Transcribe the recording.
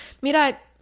Mira